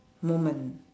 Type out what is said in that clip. moment